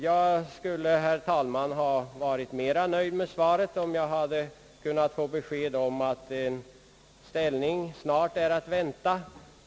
Jag skulle, herr talman, ha varit mera nöjd med svaret om jag hade kunnat få besked om att ett ställningstagande snart är att vänta.